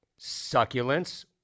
Succulents